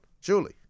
surely